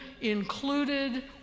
included